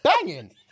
banging